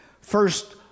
first